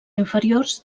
inferiors